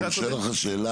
אבל הוא שואל אותך שאלה,